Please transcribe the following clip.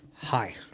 Hi